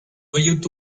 voyait